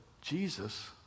Jesus